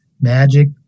magic